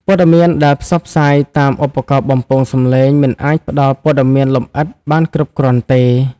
ព័ត៌មានដែលផ្សព្វផ្សាយតាមឧបករណ៍បំពងសំឡេងមិនអាចផ្ដល់ព័ត៌មានលម្អិតបានគ្រប់គ្រាន់ទេ។